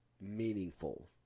meaningful